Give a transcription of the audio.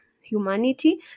humanity